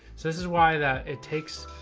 so this is why that it takes,